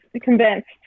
convinced